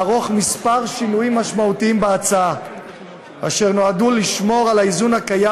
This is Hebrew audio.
לערוך כמה שינויים משמעותיים בהצעה אשר נועדו לשמור על האיזון הקיים